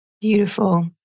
beautiful